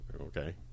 okay